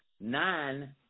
nine